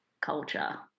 culture